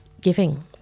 giving